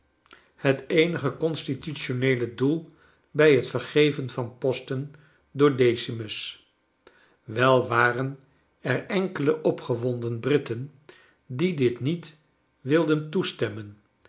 het eenige constitutioneele doel bij het vergeven van posten door decimus wei waren er enkele opgewonden britten die dit niet wilden toestemmen